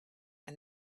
and